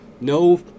No